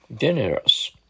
Generous